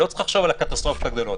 לא צריך לחשוב על הקטסטרופות הגדולות.